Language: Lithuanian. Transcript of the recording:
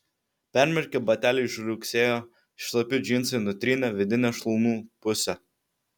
permirkę bateliai žliugsėjo šlapi džinsai nutrynė vidinę šlaunų pusę